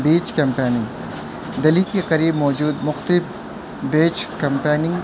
بیچ camping Delhi کی قریب موجود مختف بیچ کیمپیننگ